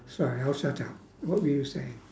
sorry I'll shut up what were you saying